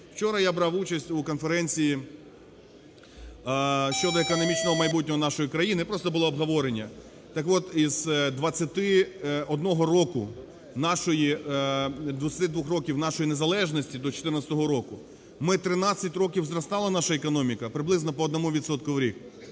Вчора я брав участь у конференції щодо економічного майбутнього нашої країни, просто було обговорення. Так от, із 21 року нашої… 22 років нашої незалежності, до 2014 року, ми 13 років, зростала наша економіка приблизно по одному